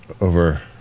over